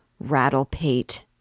Rattle-pate